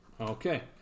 Okay